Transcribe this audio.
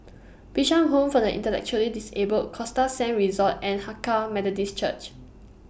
Bishan Home For The Intellectually Disabled Costa Sands Resort and Hakka Methodist Church